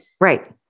Right